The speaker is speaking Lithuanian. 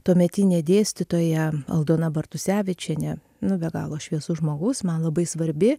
tuometinė dėstytoja aldona bartusevičienė nu be galo šviesus žmogus man labai svarbi